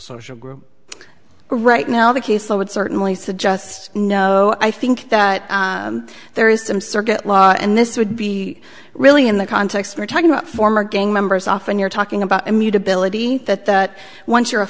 social group right now the case i would certainly suggest no i think that there is some circuit law and this would be really in the context we're talking about former gang members often you're talking about immutability that that once you're a